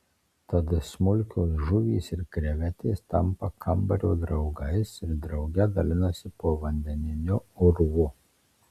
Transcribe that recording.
tad smulkios žuvys ir krevetės tampa kambario draugais ir drauge dalinasi povandeniniu urvu